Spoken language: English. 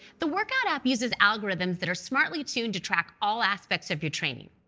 the workout app uses algorithms that are smartly tuned to track all aspects of your training.